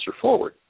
forward